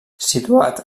situat